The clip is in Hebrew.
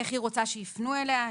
איך היא רוצה שיפנו אליה,